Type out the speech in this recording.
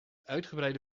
uitgebreide